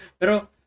Pero